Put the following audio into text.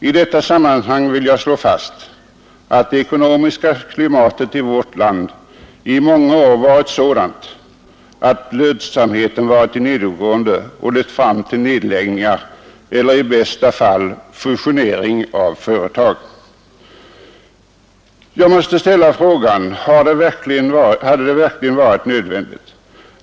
I detta sammanhang vill jag slå fast att det ekonomiska klimatet i vårt land i många år varit sådant att lönsamheten varit nedåtgående och lett fram till nedläggningar eller i bästa fall fusionering av företag. Jag måste ställa frågan om det verkligen varit nödvändigt.